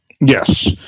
Yes